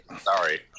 Sorry